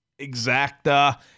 exacta